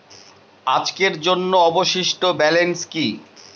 আজকের জন্য অবশিষ্ট ব্যালেন্স কি?